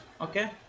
Okay